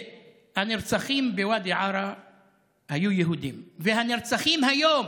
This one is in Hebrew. שהנרצחים בוואדי עארה היו יהודים והנרצחים היום